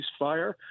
ceasefire